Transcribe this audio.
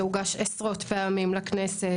שהוגש עשרות פעמים לכנסת.